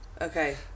Okay